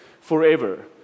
forever